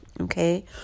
okay